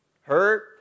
hurt